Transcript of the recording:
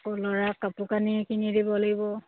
আকৌ ল'ৰা কাপোৰ কানি কিনি দিব লাগিব